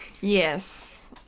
Yes